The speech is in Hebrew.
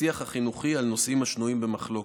השיח החינוכי על הנושאים השנויים במחלוקת,